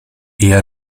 eher